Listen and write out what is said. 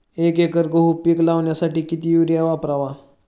एक एकर गहू पीक लावण्यासाठी किती युरिया वापरावा?